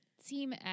Team